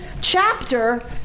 chapter